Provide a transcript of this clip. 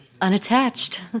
unattached